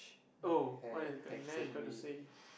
oh what has gotta say